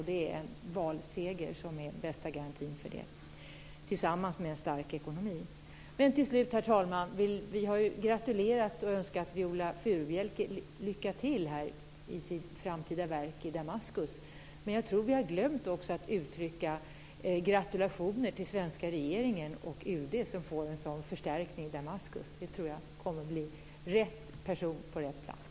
Det är en valseger som är bästa garantin för det tillsammans med en stark ekonomi. Herr talman! Vi har gratulerat och önskat Viola Furubjelke lycka till i hennes framtida värv i Damaskus. Men jag tror att vi har glömt att uttrycka gratulationer till svenska regeringen och UD som får en sådan förstärkning i Damaskus. Det tror jag kommer att bli rätt person på rätt plats.